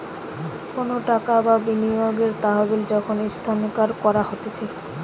কোনো টাকা বা বিনিয়োগের তহবিলকে যখন স্থানান্তর করা হতিছে